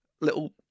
little